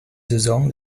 saison